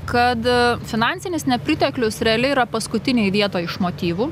kad finansinis nepriteklius realiai yra paskutinėj vietoj iš motyvų